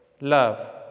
Love